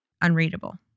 unreadable